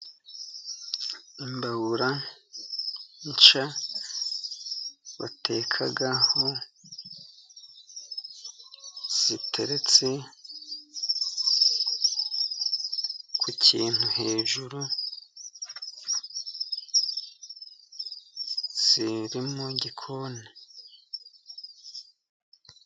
Imbabura nshya watekaho, ziteretse ku kintu hejuru ziri mu gikoni.